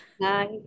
Hi